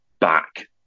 back